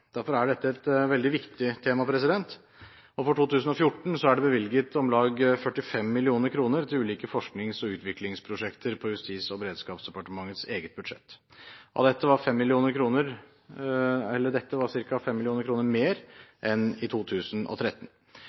er derfor et veldig viktig tema, og for 2014 er det bevilget om lag 45 mill. kr til ulike forsknings- og utviklingsprosjekter over Justis- og beredskapsdepartementets eget budsjett. Dette er ca. 5 mill. kr mer enn i 2013. Av den totale bevilgningen i